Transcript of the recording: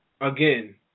Again